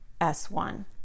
S1